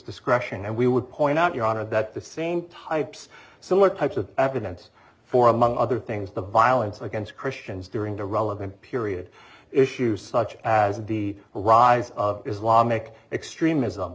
discretion and we would point out your honor that the same types similar types of evidence for among other things the violence against christians during the relevant period issues such as the rise of islamic extremism